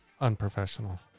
unprofessional